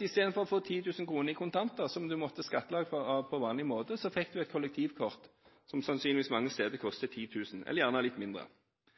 Istedenfor å få 10 000 kr i kontanter, som du måtte ha skattet av på vanlig måte, hadde du fått et kollektivkort, som sannsynligvis mange steder koster 10 000 kr, eller litt mindre.